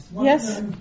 Yes